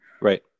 Right